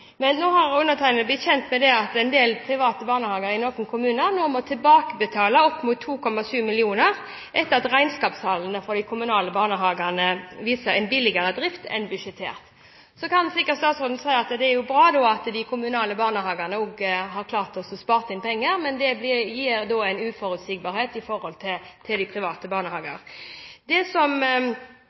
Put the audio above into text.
Men nå har undertegnede blitt kjent med at en del private barnehager i noen kommuner må tilbakebetale opp mot 2,7 mill. kr etter at regnskapstallene for de kommunale barnehagene viser en billigere drift enn budsjettert. Så kan sikkert statsråden si at det er jo bra at de kommunale barnehagene også har klart å spare inn penger, men det gir da en uforutsigbarhet for de private barnehagene. Det som